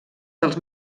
dels